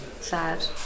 sad